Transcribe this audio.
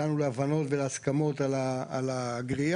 הגענו להבנות ולהסכמות על הגריעה,